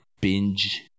binge